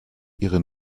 ihre